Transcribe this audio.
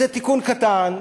זה תיקון קטן,